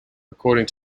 according